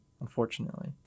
unfortunately